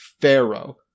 Pharaoh